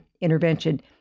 intervention